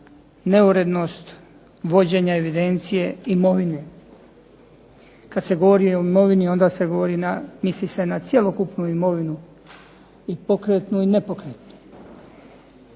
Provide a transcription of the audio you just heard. neurednost vođenja evidencije imovine. Kad se govori o imovini onda se misli na cjelokupnu imovinu i pokretnu i nepokretnu.